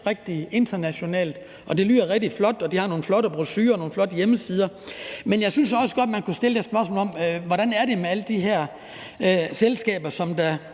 rigtig internationalt, og det lyder rigtig flot, og de har nogle flotte brochurer og nogle flotte hjemmesider. Men jeg synes også godt, at man kunne stille spørgsmålet: Hvordan er det med alle de her selskaber, der